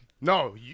No